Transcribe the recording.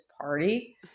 party